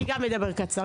גם אני אדבר קצר.